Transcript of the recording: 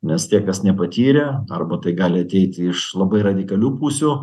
nes tie kas nepatyrė arba tai gali ateiti iš labai radikalių pusių